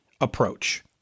approach